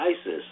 ISIS